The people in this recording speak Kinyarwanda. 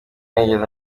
ntiyigeze